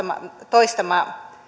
toistama